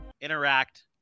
interact